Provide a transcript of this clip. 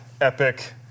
epic